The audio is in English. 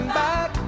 back